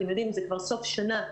אתם יודעים זה כבר סוף שנה.